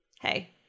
Hey